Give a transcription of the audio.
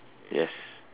yes